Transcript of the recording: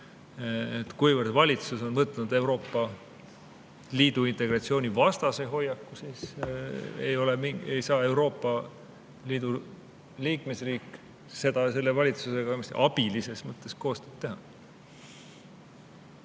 et kuivõrd [Gruusia] valitsus on võtnud Euroopa Liidu integratsiooni vastase hoiaku, siis ei saa Euroopa Liidu liikmesriik selle valitsusega abi mõttes koostööd teha.